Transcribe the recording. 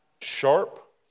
Sharp